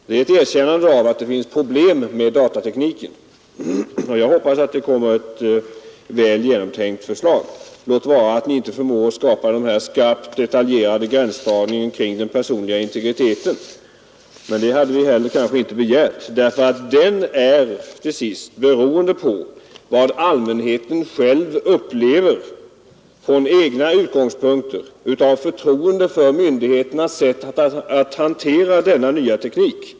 Det är ett erkännande av att det finns problem med datatekniken. Jag hoppas att det senare kommer ett väl genomtänkt förslag, låt vara att ni inte förmår att skapa en skarpt detaljerad gränsdragning beträffande den personliga integriteten, men det hade knappast någon begärt. Den är till sist beroende av vad allmänheten själv från egna utgångspunkter upplever av förtroende för myndigheternas sätt att hantera denna nya teknik.